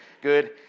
Good